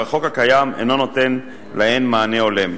החוק הקיים אינו נותן להן מענה הולם.